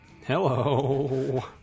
Hello